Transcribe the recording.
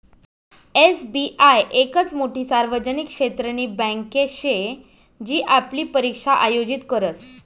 SBI येकच मोठी सार्वजनिक क्षेत्रनी बँके शे जी आपली परीक्षा आयोजित करस